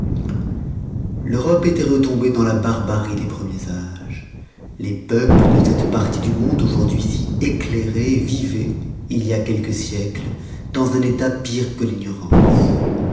l'europe étoit retombée dans la barbarie des premiers âges les peuples de cette partie du monde aujourd'hui si éclairée vivoient il y a quelques siècles dans un état pire que l'ignorance